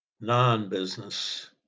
non-business